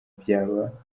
byaba